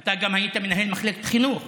אתה גם היית מנהל מחלקת החינוך